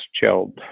chilled